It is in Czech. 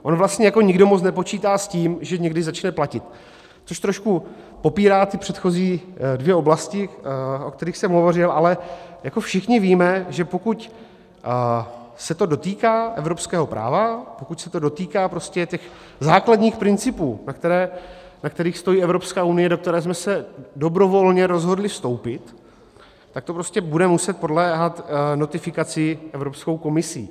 On vlastně nikdo moc nepočítá s tím, že někdy začne platit, což trošku popírá ty předchozí dvě oblasti, o kterých jsem hovořil, ale všichni víme, že pokud se to dotýká evropského práva, pokud se to dotýká základních principů, na kterých stojí Evropská unie, do které jsme se dobrovolně rozhodli vstoupit, tak to bude muset podléhat notifikaci Evropskou komisí.